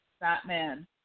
Batman